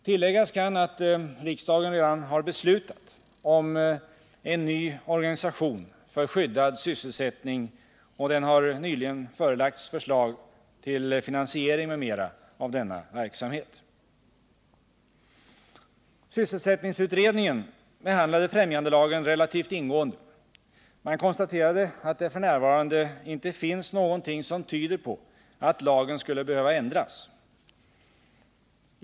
Tilläggas kan att riksdagen redan har beslutat om en ny organisation för skyddad sysselsättning, och den har nyligen förelagts förslag till finansiering m.m. av denna verksamhet. Sysselsättningsutredningen behandlade främjandelagen relativt ingående. Man konstaterade att det f. n. inte finns någonting som tyder på att lagen skulle behöva ändras.